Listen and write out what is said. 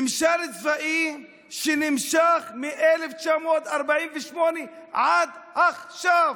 ממשל צבאי שנמשך מ-1948 עד עכשיו,